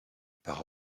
par